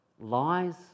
lies